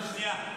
השנייה.